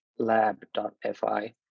lab.fi